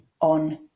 on